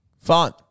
Fun